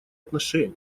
отношения